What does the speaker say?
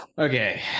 Okay